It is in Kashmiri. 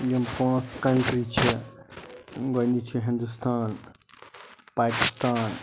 یِم پانٛژھ کَنٹرٛی چھےٚ گۄڈٕنِچ چھِ ہِندُستان پاکِستان